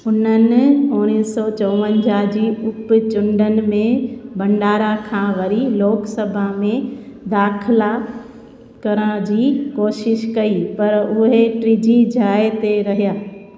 उन्हनि उणिवीह सौ चोवंजाह जी उप चूंडनि में भंडारा खां वरी लोकसभा में दाख़िला करण जी कोशिशि कई पर उहे टी जी जाइ ते रहिया